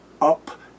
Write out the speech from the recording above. up